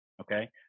okay